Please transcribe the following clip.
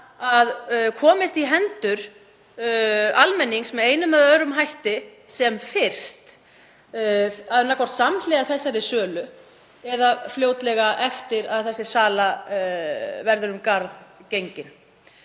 að komist í hendur almennings með einum eða öðrum hætti sem fyrst, annaðhvort samhliða þessari sölu eða fljótlega eftir að þessi sala verður um garð gengin.